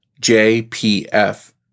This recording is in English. JPF